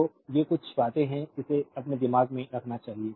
तो ये कुछ बातें हैं इसे अपने दिमाग में रखना चाहिए